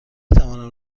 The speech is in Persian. توانم